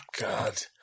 God